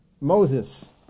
Moses